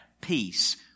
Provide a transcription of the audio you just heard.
peace